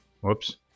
Whoops